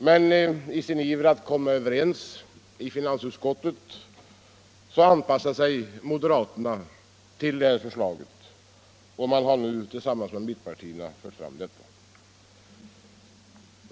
Men i sin iver att komma överens i finansutskottet anpassade sig moderaterna till detta förslag, och man har nu tillsammans med mittenpartierna fört fram det.